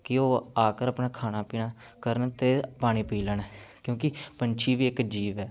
ਕਿ ਉਹ ਆ ਕਰ ਆਪਣਾ ਖਾਣਾ ਪੀਣਾ ਕਰਨ ਅਤੇ ਪਾਣੀ ਪੀ ਲੈਣ ਕਿਉਂਕਿ ਪੰਛੀ ਵੀ ਇੱਕ ਜੀਵ ਹੈ